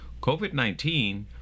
COVID-19